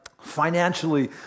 financially